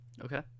Okay